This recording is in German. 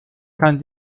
kann